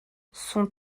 son